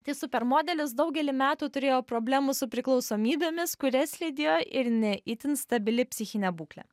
tai supermodelis daugelį metų turėjo problemų su priklausomybėmis kurias lydėjo ir ne itin stabili psichinė būklė